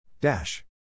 Dash